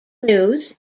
news